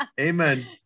Amen